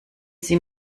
sie